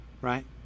right